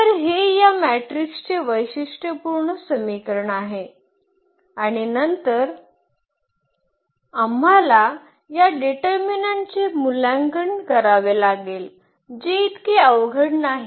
तर हे या मॅट्रिक्सचे वैशिष्ट्यपूर्ण समीकरण आहे आणि नंतर आम्हाला या डिटर्मिनन्टचे मूल्यांकन करावे लागेल जे इतके अवघड नाही